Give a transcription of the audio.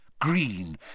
green